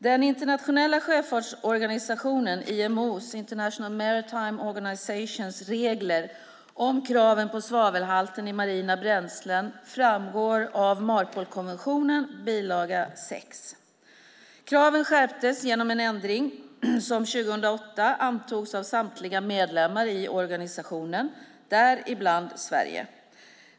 Den internationella sjöfartsorganisationen IMO:s, International Maritime Organization, regler om kraven på svavelhalten i marina bränslen framgår av Marpolkonventionen, bilaga VI. Kraven skärptes genom en ändring som 2008 antogs av samtliga medlemmar i organisationen, däribland Sverige.